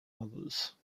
others